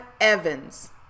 Evans